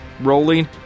rolling